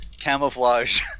camouflage